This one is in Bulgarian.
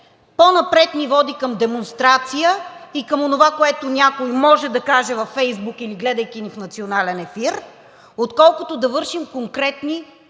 по-напред, ни води към демонстрация и към онова, което някой може да каже във Фейсбук или гледайки ни в национален ефир, отколкото да вършим конкретна работа.